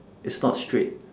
is not straight